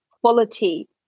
quality